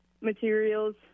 materials